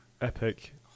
Epic